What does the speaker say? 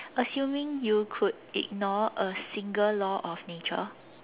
assuming you could ignore a single law of nature